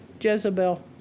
Jezebel